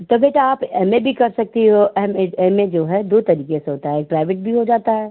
तो बेटा आप एम ए भी कर सकती हो एम एड एम ए जो है दो तरीके से होता है एक प्राइवेट भी हो जाता है